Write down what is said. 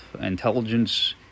intelligence